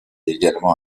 également